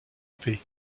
paix